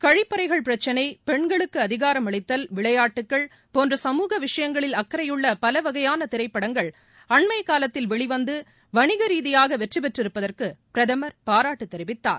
கழிப்பறைகள் பிரச்சினை பெண்களுக்கு அதிகாரமளித்தல் விளையாட்டுக்கள் போன்ற சமூக விஷயங்களில் அக்கறையுள்ள பல வகையான திரைப்படங்கள் அண்மைக்காலத்தில் வெளிவந்து வணிக ரீதியாக வெற்றி பெற்றிருப்பதற்கு பிரதமர் பாராட்டு தெரிவித்தார்